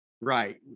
Right